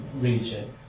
region